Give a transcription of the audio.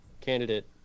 candidate